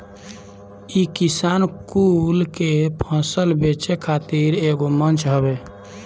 इ किसान कुल के फसल बेचे खातिर एगो मंच हवे